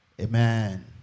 amen